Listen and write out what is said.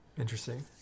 Interesting